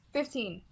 Fifteen